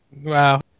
Wow